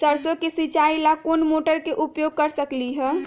सरसों के सिचाई ला कोंन मोटर के उपयोग कर सकली ह?